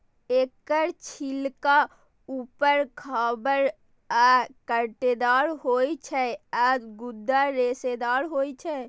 एकर छिलका उबर खाबड़ आ कांटेदार होइ छै आ गूदा रेशेदार होइ छै